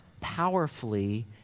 powerfully